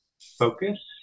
focus